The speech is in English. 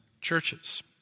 churches